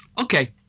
okay